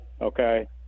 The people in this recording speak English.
okay